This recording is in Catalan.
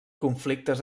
conflictes